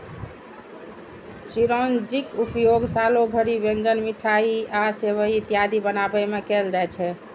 चिरौंजीक उपयोग सालो भरि व्यंजन, मिठाइ आ सेवइ इत्यादि बनाबै मे कैल जाइ छै